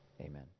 Amen